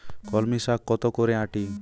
কলমি শাখ কত করে আঁটি?